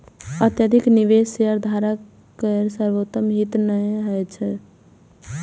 अत्यधिक निवेश शेयरधारक केर सर्वोत्तम हित मे नहि होइत छैक